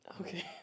Okay